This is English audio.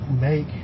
make